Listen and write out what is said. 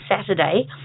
Saturday